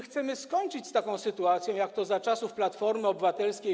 Chcemy skończyć z taką sytuacją, jaka była za czasów Platformy Obywatelskiej.